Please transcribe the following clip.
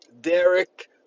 Derek